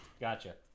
Gotcha